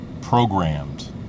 programmed